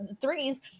threes